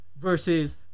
versus